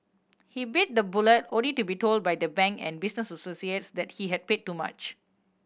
he bit the bullet only to be told by the bank and business associates that he had paid too much